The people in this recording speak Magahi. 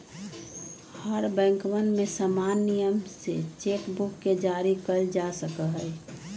हर बैंकवन में समान नियम से चेक बुक के जारी कइल जा सका हई